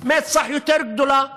מצח יותר גדולה להיכנס.